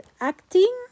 acting